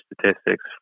Statistics